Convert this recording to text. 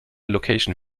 location